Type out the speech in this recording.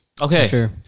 Okay